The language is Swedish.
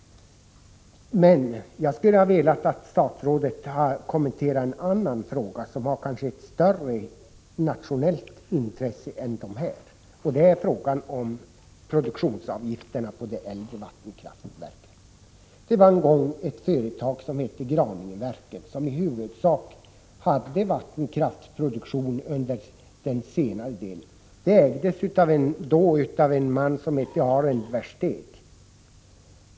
Men jag skulle ha velat att statsrådet hade kommenterat en annan fråga som kanske har större nationellt intresse än de här, och det är frågan om produktionsavgifter på de äldre vattenkraftverken. Det var en gång ett företag som hette Graningeverken, som under den senare delen av sin verksamhet i huvudsak hade vattenkraftsproduktion. Det ägdes då av en man som hette Arend Versteegh.